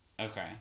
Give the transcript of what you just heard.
Okay